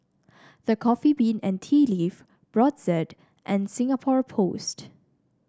The Coffee Bean and Tea Leaf Brotzeit and Singapore Post